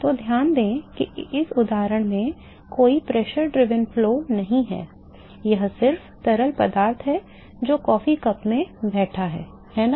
तो ध्यान दें कि इस उदाहरण में कोई दबाव संचालित प्रवाह नहीं है यह सिर्फ तरल पदार्थ है जो कॉफी कप में बैठा है है ना